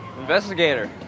Investigator